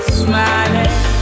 smiling